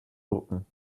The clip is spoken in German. drucken